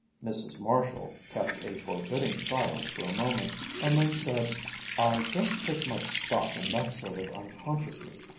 mrs. marshall kept a forbidding silence for a moment and then said i don't take much stock in that sort of unconsciousness.